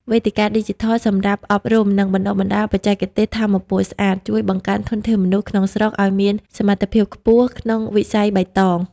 វេទិកាឌីជីថលសម្រាប់អប់រំ និងបណ្ដុះបណ្ដាលបច្ចេកទេសថាមពលស្អាត ជួយបង្កើនធនធានមនុស្សក្នុងស្រុកឱ្យមានសមត្ថភាពខ្ពស់ក្នុងវិស័យបៃតង។